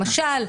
למשל,